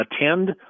attend